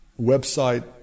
website